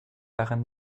daran